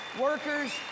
workers